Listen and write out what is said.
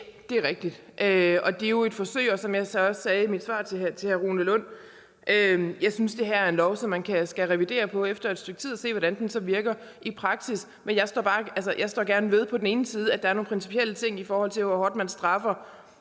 det er rigtigt. Det er jo et forsøg, og som jeg også sagde i mit svar til hr. Rune Lund, synes jeg, at det her er en lov, som man skal revidere efter et stykke tid og se hvordan så virker i praksis. Men jeg står gerne ved, at der på den ene side er nogle principielle ting, i forhold til hvor hårdt man straffer